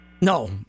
No